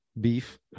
beef